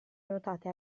nuotate